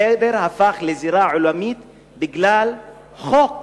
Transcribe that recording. החדר הפך לזירה עולמית בגלל חוק.